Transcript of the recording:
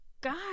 God